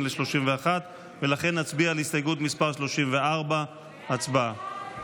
בהסתייגות 31. נצביע עתה על הסתייגות מס' 34. הצבעה.